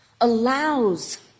allows